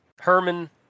herman